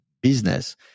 business